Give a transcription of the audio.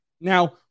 Now